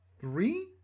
three